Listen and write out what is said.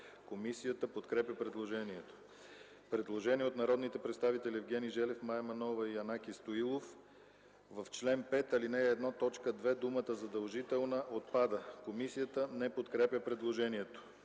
Комисията подкрепя предложенията. Предложение от народните представители Евгений Желев, Мая Манолова и Янаки Стоилов: В чл. 5, ал. 1, т. 2 думата „задължителна” отпада. Комисията не подкрепя предложението.